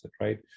right